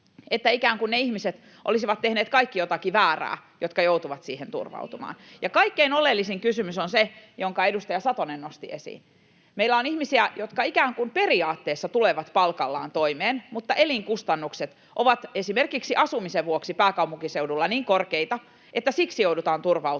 että ikään kuin kaikki ne ihmiset olisivat tehneet jotakin väärää, jotka joutuvat siihen turvautumaan. Kaikkein oleellisin kysymys on se, jonka edustaja Satonen nosti esiin: meillä on ihmisiä, jotka ikään kuin periaatteessa tulevat palkallaan toimeen, mutta elinkustannukset ovat esimerkiksi asumisen vuoksi pääkaupunkiseudulla niin korkeita, että siksi joudutaan turvautumaan